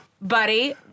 buddy